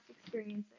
experiences